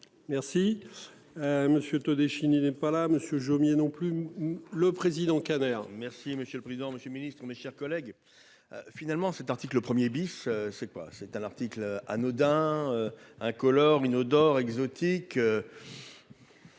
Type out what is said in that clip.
Merci. Monsieur Todeschini n'est pas là Monsieur Jomier non plus le président Kader merci. Si Monsieur le président, Monsieur le Ministre, mes chers collègues. Finalement cet article 1er biche c'est pas, c'est un article anodin incolore, inodore exotique.